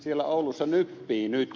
siellä oulussa nyppii nyt